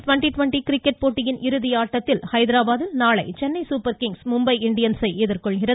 twenty twenty cricket போட்டியின் இறுதி ஆட்டத்தில் ஹைதராபாத்தில் நாளை சென்னை சூப்பர்கிங்ஸ் மும்பை இண்டியன்ஸை எதிர்கொள்கிறது